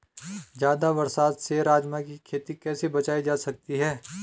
ज़्यादा बरसात से राजमा की खेती कैसी बचायी जा सकती है?